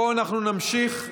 בואו נמשיך,